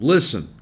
Listen